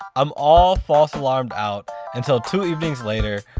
i'm all false alarmed out until two evenings later,